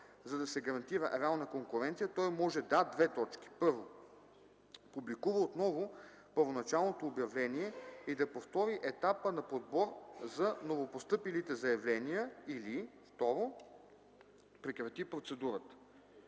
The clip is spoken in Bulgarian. за да се гарантира реална конкуренция, той може да: 1. публикува отново първоначалното обявление и да повтори етапа на подбор за новопостъпилите заявления, или 2. прекрати процедурата.”